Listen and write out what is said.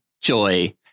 Joy